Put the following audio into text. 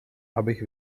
abych